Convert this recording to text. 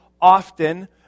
often